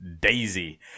Daisy